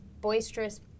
boisterous